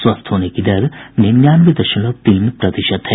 स्वस्थ होने की दर निन्यानवे दशमलव तीन प्रतिशत है